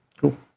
cool